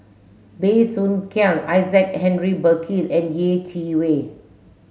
Bey Soo Khiang Isaac Henry Burkill and Yeh Chi Wei